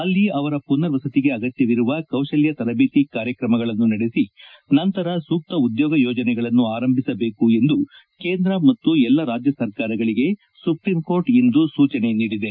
ಅಲ್ಲಿ ಅವರ ಮನರ್ ವಸತಿಗೆ ಆಗತ್ತವಿರುವ ಕೌಶಲ್ತ ತರಬೇತಿ ಕಾರ್ಯಕ್ರಮಗಳನ್ನು ನಡೆಸಿ ನಂತರ ಸೂಕ್ತ ಉದ್ಯೋಗ ಯೋಜನೆಗಳನ್ನು ಆರಂಭಿಸಬೇಕು ಎಂದು ಕೇಂದ್ರ ಮತ್ತು ಎಲ್ಲಾ ರಾಜ್ಯ ಸರ್ಕಾರಗಳಿಗೆ ಸುಪ್ರೀಂಕೋರ್ಟ್ ಇಂದು ಸೂಚಿಸಿದೆ